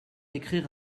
écrire